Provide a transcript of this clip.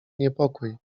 niepokój